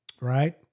right